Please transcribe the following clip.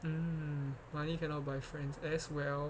um money cannot buy friends as well